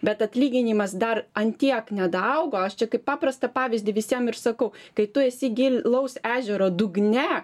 bet atlyginimas dar ant tiek nedaaugo aš čia kaip paprastą pavyzdį visiem ir sakau kai tu esi gilaus ežero dugne